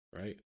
right